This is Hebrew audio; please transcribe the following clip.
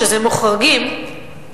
שזה מוחרגים,